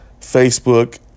Facebook